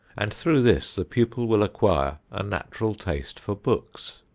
and through this the pupil will acquire a natural taste for books.